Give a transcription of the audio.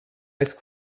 ice